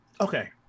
Okay